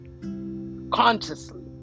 Consciously